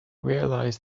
realized